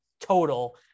total